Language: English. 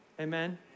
Amen